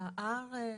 בארץ.